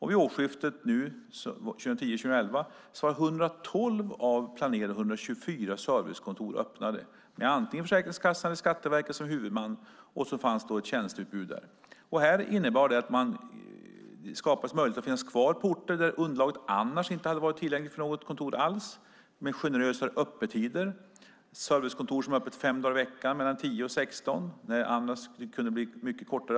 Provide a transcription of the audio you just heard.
Vid årsskiftet 2010/11 var 112 av planerade 124 servicekontor öppnade med antingen Försäkringskassan eller Skatteverket som huvudman. Där finns då ett tjänsteutbud. Det innebär att det har skapats möjligheter att finnas kvar på orter där underlaget annars inte hade varit tillräckligt för något kontor alls - och med generösare öppettider. Vi har fått servicekontor som har öppet mellan 10 och 16 fem dagar i veckan; annars skulle öppettiderna ha varit mycket kortare.